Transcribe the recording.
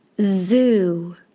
zoo